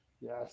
Yes